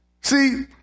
See